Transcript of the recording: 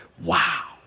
wow